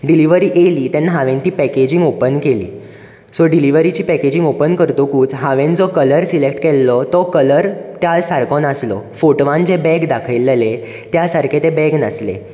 delivery येयली तेन्ना हांवेन ती पॅकेजींग ओपन केली सो डिलीवरीची पॅकेजींग ओपन करतगूच हांवेन जो कलर सिलॅक्ट केल्लो तो कलर कांय सारको नासलो फोटवान जे बॅग दाखयलेले त्या सारके ते बॅग नासले